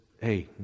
hey